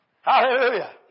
Hallelujah